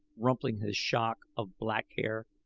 rumpling his shock of black hair.